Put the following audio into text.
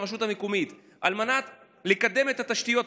הרשות המקומית על מנת לקדם את התשתיות,